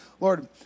Lord